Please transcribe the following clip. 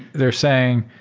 they're saying,